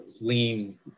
lean